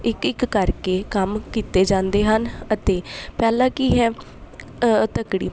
ਇੱਕ ਇੱਕ ਕਰਕੇ ਕੰਮ ਕੀਤੇ ਜਾਂਦੇ ਹਨ ਅਤੇ ਪਹਿਲਾ ਕੀ ਹੈ ਤੱਕੜੀ